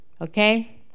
okay